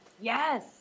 Yes